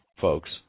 folks